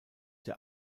der